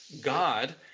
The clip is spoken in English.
God